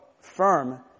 firm